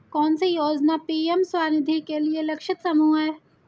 कौन सी योजना पी.एम स्वानिधि के लिए लक्षित समूह है?